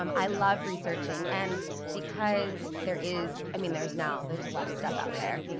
um i love researching and because there is, i mean, there is now, there's a lot of stuff out there.